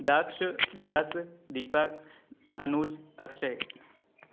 Daksha Yash Deepak Anuj Akshay